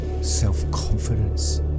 self-confidence